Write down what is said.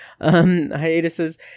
hiatuses